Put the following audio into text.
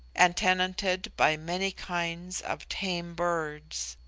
and tenanted by many kinds of tame birds.